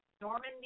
Normandy